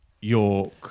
York